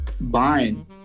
buying